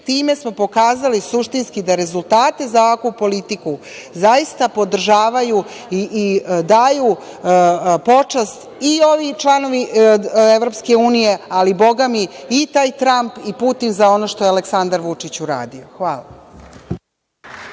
time pokazali suštinski da rezultate za ovakvu politiku podržavaju i daju počast i ovi članovi EU, ali bogami i taj Tramp i Putin za ono što je Aleksandar Vučić uradio. Hvala.